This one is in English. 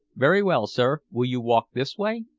very well, sir. will you walk this way?